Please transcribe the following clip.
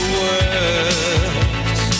words